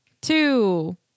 two